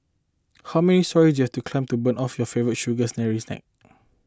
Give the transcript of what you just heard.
how many storeys you've to climb to burn off your favourite sugary